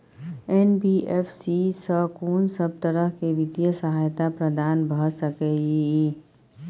NBFC स कोन सब तरह के वित्तीय सहायता प्रदान भ सके इ? इ